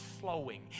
flowing